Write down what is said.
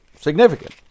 significant